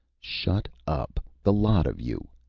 shut up, the lot of you!